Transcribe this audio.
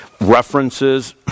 references